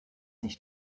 nicht